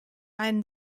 einen